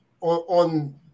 on